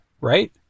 right